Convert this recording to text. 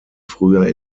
früher